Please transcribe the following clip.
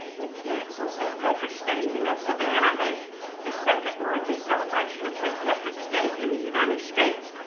they cancel st. patrick's day. and you know, savannah has the second largest celebration of st. patrick's day in the united states.